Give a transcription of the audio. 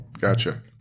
Gotcha